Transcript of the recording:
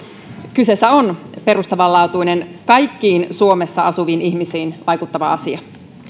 kyseessä on perustavanlaatuinen kaikkiin suomessa asuviin ihmisiin vaikuttava asia